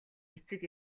эцэг